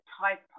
type